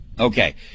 okay